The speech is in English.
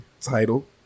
title